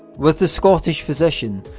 with the scottish physician,